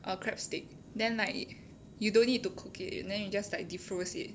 err crab stick then like you don't need to cook it then you just like defrost it